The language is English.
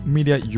Media